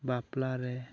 ᱵᱟᱯᱞᱟ ᱨᱮ